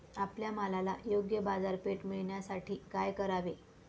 आपल्या मालाला योग्य बाजारपेठ मिळण्यासाठी काय करावे?